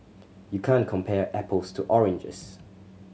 you can't compare apples to oranges